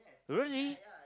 really